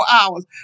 hours